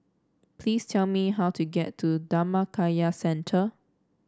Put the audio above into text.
please tell me how to get to Dhammakaya Centre